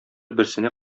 берсенә